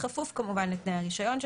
בכפוף כמובן לתנאי הרישיון.